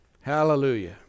hallelujah